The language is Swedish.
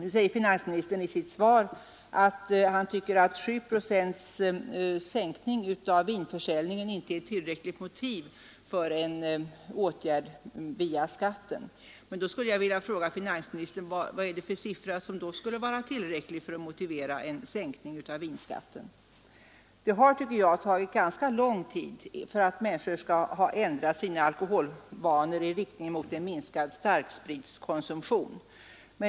Nu säger finansministern i sitt svar att 7 procents sänkning av vinförsäljningen inte är ett tillräckligt motiv för en åtgärd via skatten. Då skulle jag vilja fråga finansministern vilken siffra som skulle vara tillräcklig för att motivera en sänkning av vinskatten. Det har, tycker jag, tagit ganska lång tid för människorna att ändra sina alkoholvanor i riktning mot en minskad starkspritskonsumtion.